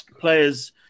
Players